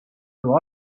elu